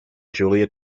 julia